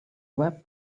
web